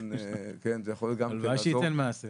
כן, זה יכול גם כן לעזור.